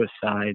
suicide